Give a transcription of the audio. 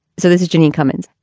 so this is janine cummings.